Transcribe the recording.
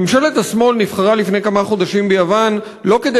ממשלת השמאל נבחרה לפני כמה חודשים ביוון לא כדי